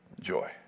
joy